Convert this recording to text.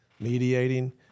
Mediating